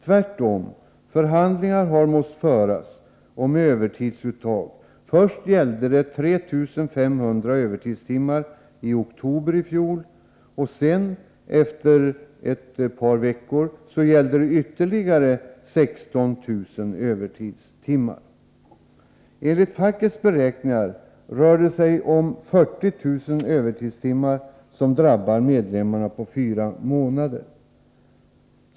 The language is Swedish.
Tvärtom har förhandlingar om övertidsuttag måst föras. Det gällde först 3500 övertidstimmar i oktober i fjol, och efter ett par månader gällde det ytterligare 16 000 övertidstimmar. Enligt fackets beräkningar har medlemmarna drabbats av ett uttag av 40000 övertidstimmar under fyra månader.